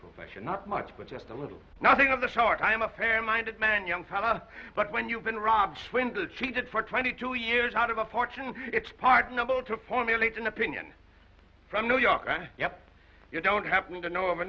profession not much but just a little nothing of the shark i am a fair minded man young fellow but when you've been robbed swindled cheated for twenty two years out of a fortune it's part noble to formulate an opinion from new york yep you don't happen to know of a